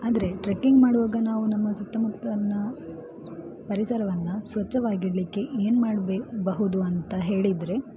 ಆದರೆ ಟ್ರೆಕಿಂಗ್ ಮಾಡುವಾಗ ನಾವು ನಮ್ಮ ಸುತ್ತಮುತ್ತನ್ನ ಪರಿಸರವನ್ನು ಸ್ವಚ್ಛವಾಗಿಡಲಿಕ್ಕೆ ಏನು ಮಾಡ್ಬೇ ಬಹುದು ಅಂತ ಹೇಳಿದರೆ